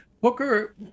Booker